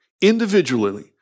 individually